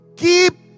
keep